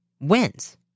wins